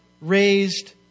raised